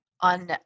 on